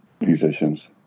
musicians